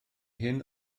hyn